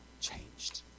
changed